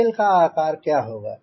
tell का आकार क्या होगा